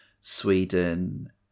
Sweden